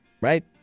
Right